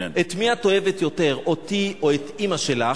את מי את אוהבת יותר, אותי או את אמא שלך,